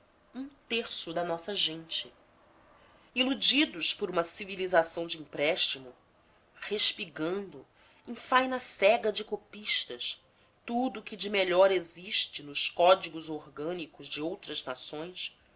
um terço da nossa gente iludidos por uma civilização de empréstimos respigando em faina cega de copistas tudo o que de melhor existe nos códigos orgânicos de outras nações